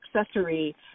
accessory